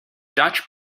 dutch